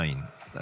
אין.